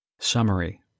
Summary